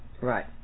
Right